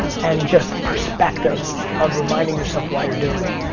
and just perspective of reminding yourself why you're doing it.